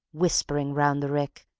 whispering, round the rick,